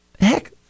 Heck